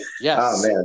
Yes